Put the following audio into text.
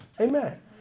Amen